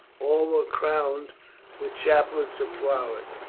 all were crowned with chaplets of flowers,